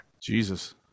Jesus